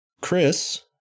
Chris